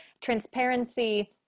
transparency